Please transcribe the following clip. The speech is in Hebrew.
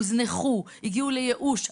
הוזנחו, הגיעו לייאוש.